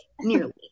nearly